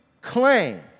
claim